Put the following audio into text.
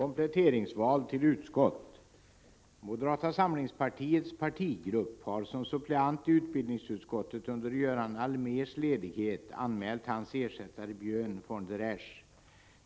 Moderata samlingspartiets partigrupp har som suppleant i utbildningsutskottet under Göran Allmérs ledighet anmält hans ersättare Björn von der Esch.